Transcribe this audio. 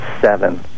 seven